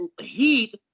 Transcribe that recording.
heat